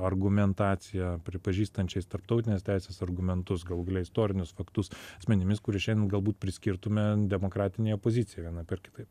argumentaciją pripažįstančiais tarptautinės teisės argumentus galų gale istorinius faktus asmenimis kurių šiandien galbūt priskirtume demokratinei opozicijai vienaip ar kitaip